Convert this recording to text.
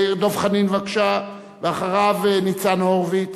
דב חנין, בבקשה, אחריו, ניצן הורוביץ,